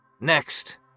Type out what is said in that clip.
Next